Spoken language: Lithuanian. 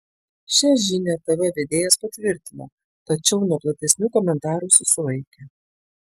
šią žinią tv vedėjas patvirtino tačiau nuo platesnių komentarų susilaikė